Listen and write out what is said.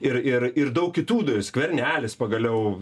ir ir ir daug kitų skvernelis pagaliau